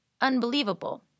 unbelievable